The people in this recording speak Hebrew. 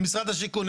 למשרד השיכון,